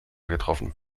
getroffen